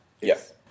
Yes